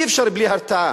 אי-אפשר בלי הרתעה.